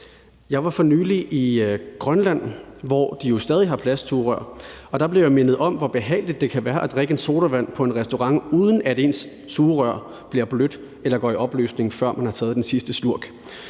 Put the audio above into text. Jeg var for nylig i Grønland, hvor de jo stadig har plastsugerør, og der blev jeg mindet om, hvor behageligt det kan være at drikke en sodavand på en restaurant, uden at ens sugerøret bliver blødt eller går i opløsning, før man har taget den sidste slurk.